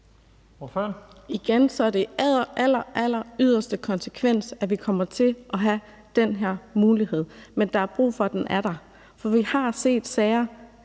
Igen er det i alleralleryderste konsekvens, at vi kommer til at have den her mulighed. Men der er brug for, at den er der, for vi har set sager,